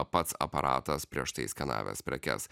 pats aparatas prieš tai skenavęs prekes